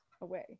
away